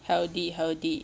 好的好的